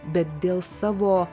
bet dėl savo